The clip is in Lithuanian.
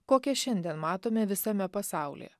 kokią šiandien matome visame pasaulyje